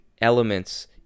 elements